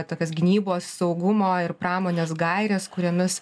tokias gynybos saugumo ir pramonės gaires kuriomis